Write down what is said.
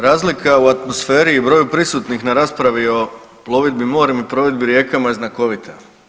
Razlika u atmosferi i broju prisutnih na raspravi o plovidbi morem i plovidbi rijekama je znakovita.